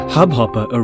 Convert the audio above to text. Hubhopper